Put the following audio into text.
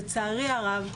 לצערי הרב,